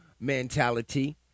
mentality